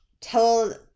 told